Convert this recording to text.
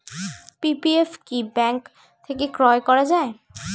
PPF কি bank থেকে ক্রয় করা যায়?